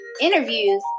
interviews